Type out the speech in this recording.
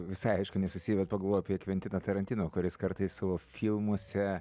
visai aišku nesusiję bet pagalvojau apie kventiną tarantino kuris kartais savo filmuose